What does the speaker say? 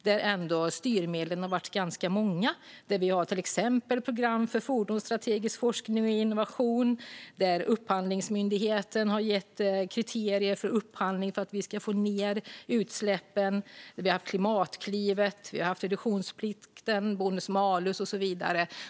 Jo, vi hade ganska många styrmedel, ett program för fordonstrategisk forskning och innovation, Upphandlingsmyndighetens kriterier för upphandling för att få ned utsläppen, Klimatklivet, reduktionsplikt, bonus malus och så vidare.